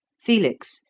felix,